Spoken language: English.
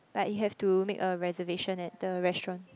but you have to make a reservation at the restaurant